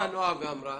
באה נועה ואמרה